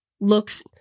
looks